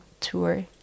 tour